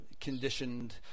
conditioned